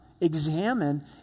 Examine